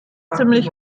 ziemlich